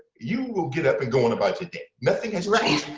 you will get up and go and about your day. nothing as